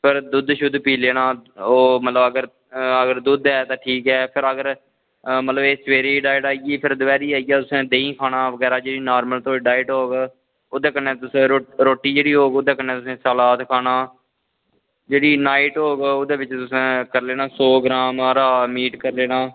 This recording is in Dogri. फिर दुद्ध पी लैना ओह् अगर दुद्ध ऐ ते ठीक ऐ पर अगर ते एह् सबैह्रे दी डाईट आई ते दपैह्रीं दा आइया तुसें केह् खाना जेह्ड़ी थुआढ़ी नॉर्मल डाईट होग ओह्दे कन्नै तुसें रोटी जेह्ड़ी हर सलाद खाना जेह्ड़ी नाईट होग ओह्दे बिच तुसें करी लैना पाव हारा मीट करी लैनां